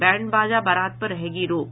band बाजा बारात पर रहेगी रोक